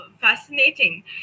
fascinating